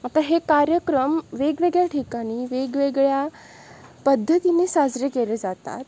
आता हे कार्यक्रम वेगवेगळ्या ठिकाणी वेगवेगळ्या पद्धतीने साजरे केले जातात